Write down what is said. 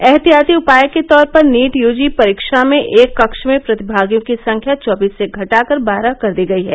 एहतियाती उपाय के तौर पर नीट यूजी परीक्षा में एक कक्ष में प्रतिभागियों की संख्या चौबीस से घटाकर बारह कर दी गयी है